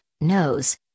nose